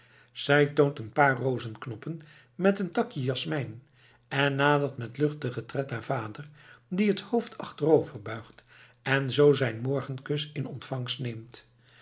zij toont een paar rozenknoppen met een takje jasmijn en nadert met luchtigen tred haar vader die het hoofd achteroverbuigt en zoo zijn morgenkus in ontvangst neemt